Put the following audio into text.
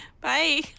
bye